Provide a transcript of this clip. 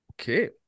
okay